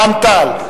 רע"ם-תע"ל,